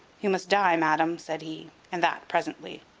you must die, madam, said he, and that presently.